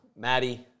Maddie